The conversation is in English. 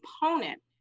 component